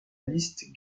liste